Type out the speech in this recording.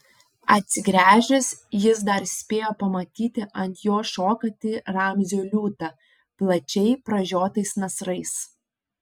atsigręžęs jis dar spėjo pamatyti ant jo šokantį ramzio liūtą plačiai pražiotais nasrais